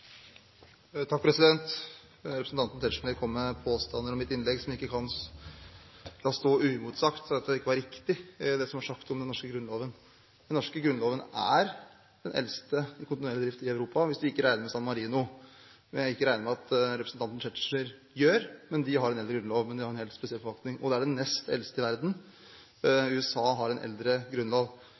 sagt om den norske grunnloven. Den norske grunnloven er den eldste i kontinuerlig drift i Europa hvis man ikke regner med San Marino, noe jeg ikke regner med at representanten Tetzschner gjør. De har en eldre grunnlov, men de har en helt spesiell forfatning, og det er den nest eldste i verden. USA har en eldre grunnlov.